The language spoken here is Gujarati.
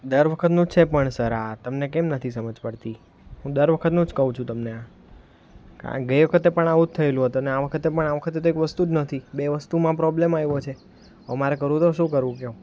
દર વખતનું જ છે પણ સર આ તમને કેમ નથી સમજ પડતી હું દર વખતનું જ કહુ છું તમને આ ગઈ વખતે પણ આવું જ થએલું હતું અને આ વખતે પણ આ વખતે તો એક વસ્તુ જ નથી બે વસ્તુમાં પ્રોબ્લેમ આવ્યો છે હવે મારે કરવું તો શું કરવું કહો